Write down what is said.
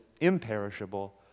imperishable